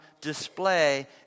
display